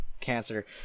cancer